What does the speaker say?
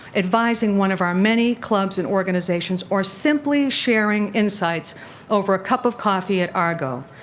advising one of our many clubs and organizations, or simply sharing insights over a cup of coffee at argo,